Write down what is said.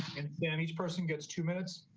and yeah and each person gets two minutes.